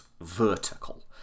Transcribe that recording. vertical